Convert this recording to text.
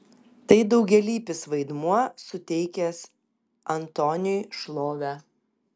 tai daugialypis vaidmuo suteikęs antoniui šlovę